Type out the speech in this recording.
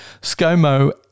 Scomo